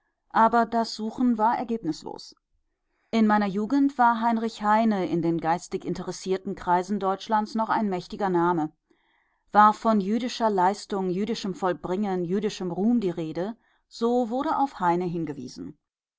aber das suchen war ergebnislos in meiner jugend war heinrich heine in den geistig interessierten kreisen deutschlands noch ein mächtiger name war von jüdischer leistung jüdischem vollbringen jüdischem ruhm die rede so wurde auf heine hingewiesen